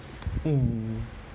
mm